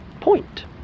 point